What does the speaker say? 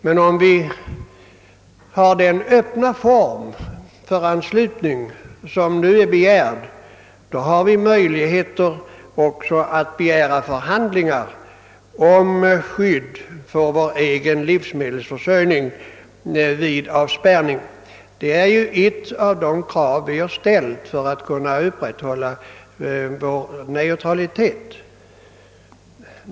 Men med den öppna form för anslutning som nu begärts har vi möjligheter att också begära förhandlingar om skydd för vår egen livsmedelsförsörjning vid = avspärrning. Det är ju ett krav vi har ställt för att kunna upprätthålla vår neutralitet.